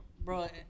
bro